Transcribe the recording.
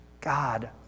God